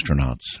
astronauts